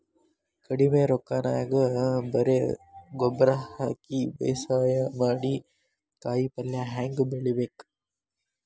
ಕಡಿಮಿ ರೊಕ್ಕನ್ಯಾಗ ಬರೇ ಗೊಬ್ಬರ ಹಾಕಿ ಬೇಸಾಯ ಮಾಡಿ, ಕಾಯಿಪಲ್ಯ ಹ್ಯಾಂಗ್ ಬೆಳಿಬೇಕ್?